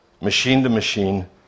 machine-to-machine